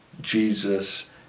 Jesus